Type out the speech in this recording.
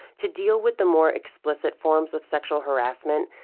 to deal with the more explicit forms of sexual harassment,